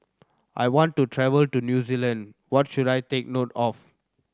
I want to travel to New Zealand What should I take note of